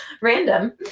Random